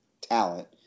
talent